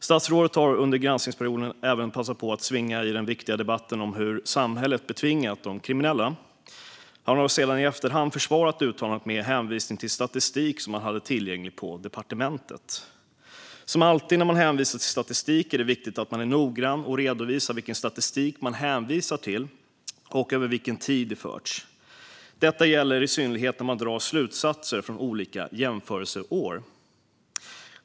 Statsrådet har under granskningsperioden även passat på att svinga i den viktiga debatten om hur samhället betvingat de kriminella. Han har sedan i efterhand försvarat uttalandet med hänvisning till statistik som han hade tillgänglig på departementet. Som alltid när man hänvisar till statistik är det viktigt att man är noggrann och redovisar vilken statistik man hänvisar till och över vilken tid den förts. Detta gäller i synnerhet när man drar slutsatser från olika jämförelseår.